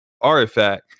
artifact